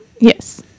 Yes